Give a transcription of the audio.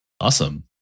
Awesome